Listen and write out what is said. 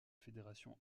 fédération